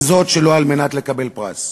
ושלא על מנת לקבל פרס.